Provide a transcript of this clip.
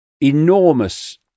enormous